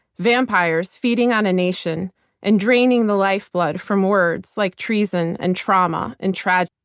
vampires feeding on a nation and draining the lifeblood from words like treason and trauma and tragedy.